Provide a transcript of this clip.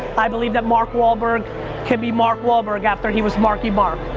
i believe that mark wahlberg can be mark wahlberg after he was marky mark.